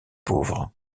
pauvres